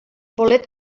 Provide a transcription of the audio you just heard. bolet